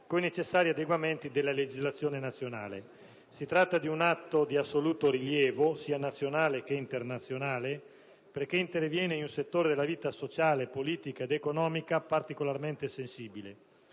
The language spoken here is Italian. con i necessari adeguamenti della legislazione nazionale. Si tratta di un atto di assoluto rilievo, sia nazionale che internazionale, perché interviene in un settore della vita sociale, politica ed economica particolarmente sensibile.